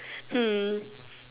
hmm